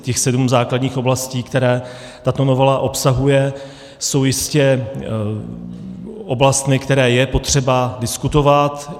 Těch sedm základních oblastí, které tato novela obsahuje, jsou jistě oblasti, které je potřeba diskutovat.